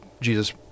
Jesus